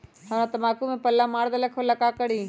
हमरा तंबाकू में पल्ला मार देलक ये ला का करी?